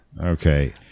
okay